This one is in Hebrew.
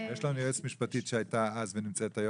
יש לנו ויועצת משפטית שהייתה אז ונמצאת היום.